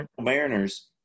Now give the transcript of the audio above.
Mariners